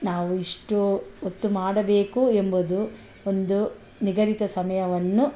ನಾವು ಇಷ್ಟು ಹೊತ್ತು ಮಾಡಬೇಕು ಎಂಬುದು ಒಂದು ನಿಗದಿತ ಸಮಯವನ್ನು